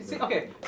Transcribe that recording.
Okay